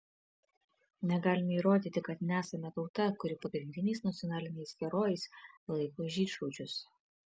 negalime įrodyti kad nesame tauta kuri pagrindiniais nacionaliniais herojais laiko žydšaudžius